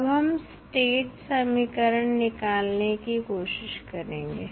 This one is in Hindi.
अब हम स्टेट स्टेट समीकरण निकालने की कोशिश करेंगे